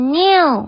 new